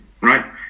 right